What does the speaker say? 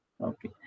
Okay